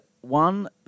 one